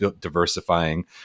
diversifying